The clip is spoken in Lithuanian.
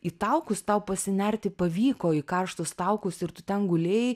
į taukus tau pasinerti pavyko į karštus taukus ir tu ten gulėjai